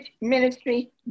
ministry